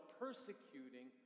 persecuting